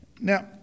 Now